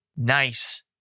Nice